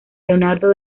leonardo